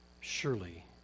Surely